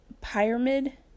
pyramid